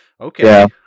okay